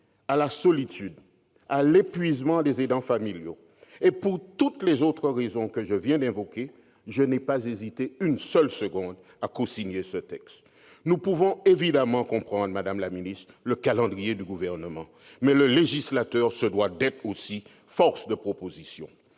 à la solitude, à l'épuisement des aidants familiaux, et pour toutes les raisons que je viens d'évoquer, je n'ai pas hésité une seule seconde à cosigner ce texte. Madame la secrétaire d'État, nous pouvons évidemment comprendre les contraintes de calendrier du Gouvernement, mais le législateur se doit d'être aussi force de proposition.